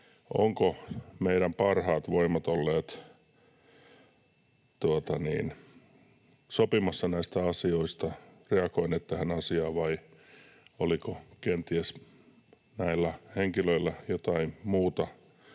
ovatko meidän parhaat voimat olleet sopimassa näistä asioista, reagoineet tähän asiaan, vai oliko kenties näillä henkilöillä jotain muuta